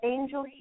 Angel